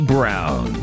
Brown